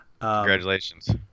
Congratulations